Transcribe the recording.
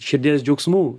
širdies džiaugsmų